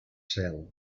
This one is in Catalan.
cel